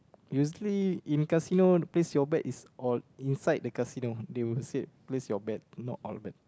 usually in casino place your bet is inside the casino they will say place your bet not all bet